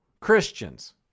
Christians